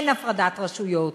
אין הפרדת רשויות.